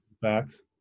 facts